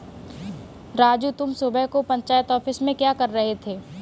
राजू तुम सुबह को पंचायत ऑफिस में क्या कर रहे थे?